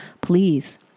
please